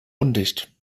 undicht